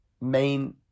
main